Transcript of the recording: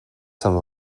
some